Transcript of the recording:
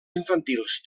infantils